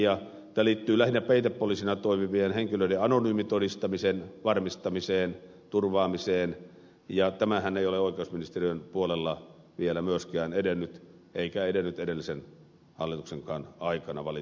tämä liittyy lähinnä peitepoliisina toimivien henkilöiden anonyymitodistamisen varmistamiseen turvaamiseen ja tämähän ei ole oikeusministeriön puolella vielä myöskään edennyt eikä edennyt edellisenkään hallituksen aikana valitettavasti